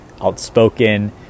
outspoken